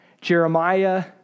Jeremiah